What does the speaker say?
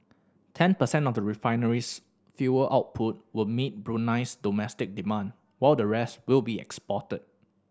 ten percent of the refinery's fuel output will meet Brunei's domestic demand while the rest will be exported